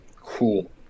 cool